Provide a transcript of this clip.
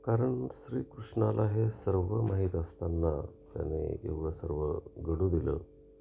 कारण श्रीकृष्णाला हे सर्व माहीत असताना त्याने एवढं सर्व घडू दिलं